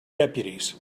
deputies